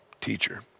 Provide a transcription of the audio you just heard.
teacher